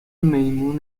میمون